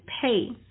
pay